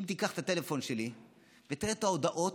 אם תיקח את הטלפון שלי ותראה את ההודעות,